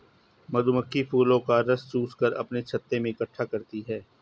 मधुमक्खी फूलों का रस चूस कर अपने छत्ते में इकट्ठा करती हैं